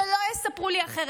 שלא יספרו לי אחרת.